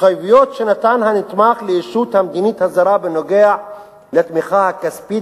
"התחייבויות שנתן הנתמך לישות המדינית הזרה בנוגע לתמיכה הכספית,